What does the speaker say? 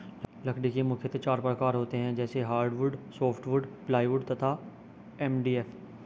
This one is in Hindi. लकड़ी के मुख्यतः चार प्रकार होते हैं जैसे हार्डवुड, सॉफ्टवुड, प्लाईवुड तथा एम.डी.एफ